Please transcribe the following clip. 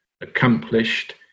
accomplished